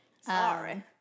Sorry